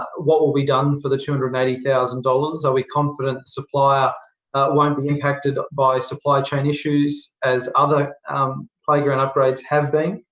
what will be done for the two hundred and eighty thousand dollars? are we confident the supplier won't be impacted by supply chain issues as other um playground upgrades have been?